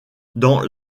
dans